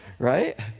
Right